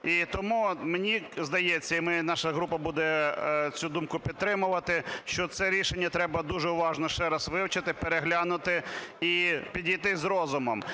І тому мені здається, і наша група буде цю думку підтримувати, що це рішення треба дуже уважно ще раз вивчити, переглянути і підійти з розумом.